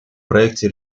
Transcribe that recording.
проекте